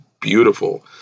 beautiful